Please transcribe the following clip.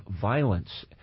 violence